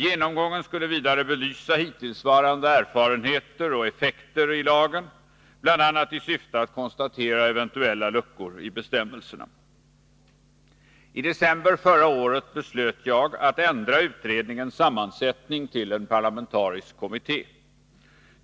Genomgången skulle vidare belysa hittillsvarande erfarenheter och effekter i lagen bl.a. i syfte att konstatera eventuella luckor i bestämmelserna. I december förra året beslöt jag att ändra utredningens sammansättning till en parlamentarisk kommitté.